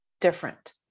different